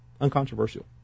uncontroversial